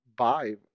vibe